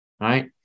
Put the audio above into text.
right